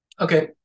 Okay